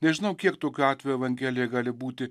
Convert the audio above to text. nežinau kiek tokių atvejų evangelija gali būti